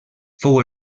fou